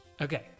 Okay